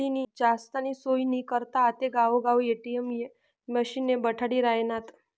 जास्तीनी सोयनी करता आते गावगाव ए.टी.एम मशिने बठाडी रायनात